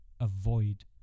avoid